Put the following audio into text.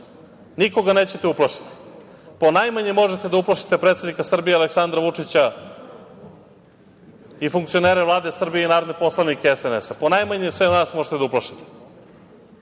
Nikoga nećete uplašiti, ponajmanje možete da uplašite predsednika Srbije Aleksandra Vučića i funkcionere Vlade Srbije i narodne poslanike SNS, ponajmanje sve nas možete da uplašite.